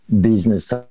business